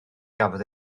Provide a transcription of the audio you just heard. gafodd